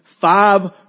five